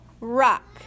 rock